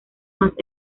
más